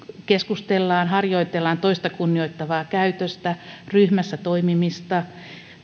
keskustellaan harjoitellaan toista kunnioittavaa käytöstä ryhmässä toimimista